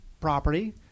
property